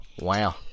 Wow